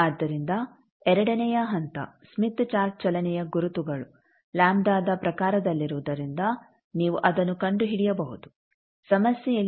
ಆದ್ದರಿಂದ ಎರಡನೆಯ ಹಂತ ಸ್ಮಿತ್ ಚಾರ್ಟ್ ಚಲನೆಯ ಗುರುತುಗಳು ಲಾಂಬ್ಡಾದ ಪ್ರಕಾರದಲ್ಲಿರುವುದರಿಂದ ನೀವು ಅದನ್ನು ಕಂಡುಹಿಡಿಯಬಹುದು ಸಮಸ್ಯೆಯಲ್ಲಿ ಇದನ್ನು 4